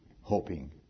hoping